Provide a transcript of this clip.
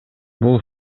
бул